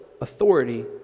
authority